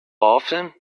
often